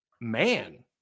man